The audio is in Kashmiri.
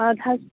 اَدٕ حظ